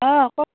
অঁ ক'ত